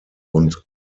und